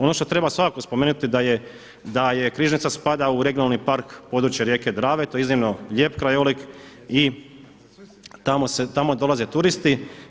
Ono što treba svakako spomenuti da Križnica spada u regionalni park područja rijeke Drave, to je iznimno lijep krajolik i tamo dolaze turisti.